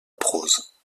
prose